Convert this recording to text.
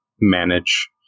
manage